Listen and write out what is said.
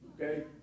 okay